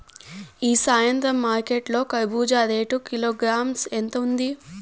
ఈ సాయంత్రం మార్కెట్ లో కర్బూజ రేటు కిలోగ్రామ్స్ ఎంత ఉంది?